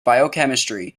biochemistry